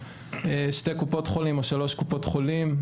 שתיים או שלוש קופות חולים,